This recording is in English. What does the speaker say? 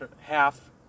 Half